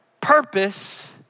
purpose